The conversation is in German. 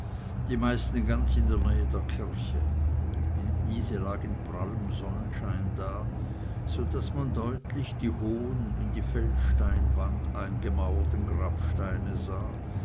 die meisten ganz in nähe der kirche diese lag in prallem sonnenschein da so daß man deutlich die hohen in die feldsteinwand eingemauerten grabsteine sah